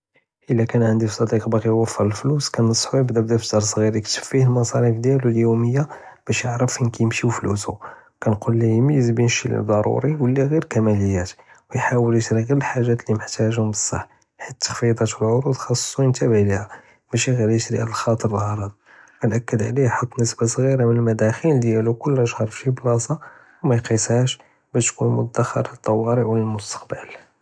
אלא קאן ענדי צדיק בغا יפאור אלפלוס כנסחו יבדא בדפתר צ'ג'יר יכתב פיה אלמסאריף דיאלו אליומיה באש יערף פין קימשו פלוסוה, כנקול יميز בין אלשי לי דרורי ו לי ג'יר קומליאת, ו יחל ישרי ג'י אלחאגאת לי מוחתאג'הום בסח, חית אלתכפידאת ו אלערוד חסכו ינטאבה ליהא, משל ג'יר ישרי עלא כחטר אלגרד, כאנקד עליו יחוט ניסבה צ'ג'ירה מן אלמדאחיל דיאלו כל חודש פי שי בלסה, ו מיקיסהאש באש تكون מדכר אלטווארי ו אלמוסטקבל.